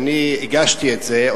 כשהגשתי את זה,